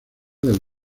del